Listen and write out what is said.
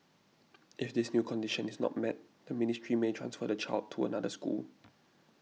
if this new condition is not met the ministry may transfer the child to another school